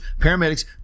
paramedics